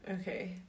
Okay